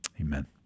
Amen